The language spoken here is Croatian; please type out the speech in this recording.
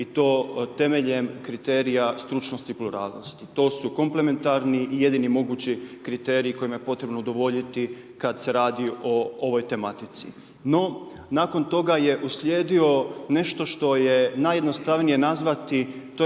i to temeljem kriterija stručnosti i pluralnosti, to su komplementarni i jedini mogući kriteriji kojima je potrebno udovoljiti kad se radi o ovoj tematici. No, nakon toga je uslijedilo nešto što je najjednostavnije nazvati